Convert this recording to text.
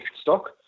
stock